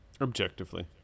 Objectively